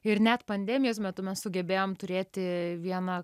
ir net pandemijos metu mes sugebėjom turėti vieną